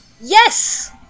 Yes